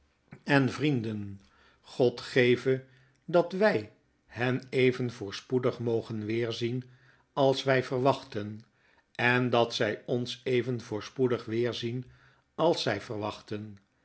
en vrienden god geve dat w y h e h even voorspoedig mogen weerzien als wy verwachten en dat zy ons even voorspoedig weerzien als zy verwachten